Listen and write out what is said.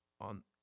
on